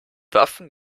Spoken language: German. waffen